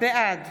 בעד